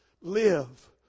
Live